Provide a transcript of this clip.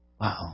Wow